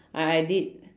I I did